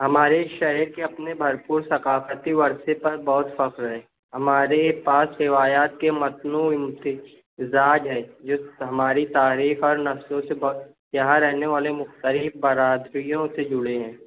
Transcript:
ہمارے شہر کے اپنے بھرپور ثقافتی ورثے پر بہت فخر ہے ہمارے پاس روایات کے متنوع امتزاج ہے جس سے ہماری تاریخ اور نقشوں سے بہت یہاں رہنے والے مختلف برادریوں سے جُڑے ہیں